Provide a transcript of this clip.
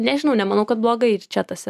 nežinau nemanau kad blogai ir čia tas